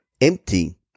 empty